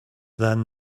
than